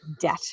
debt